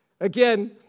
Again